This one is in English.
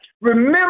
remember